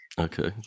Okay